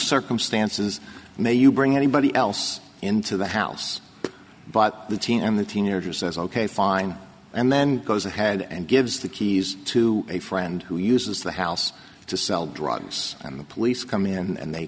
circumstances may you bring anybody else into the house but the teen and the teenager says ok fine and then goes ahead and gives the keys to a friend who uses the house to sell drugs and the police come in and they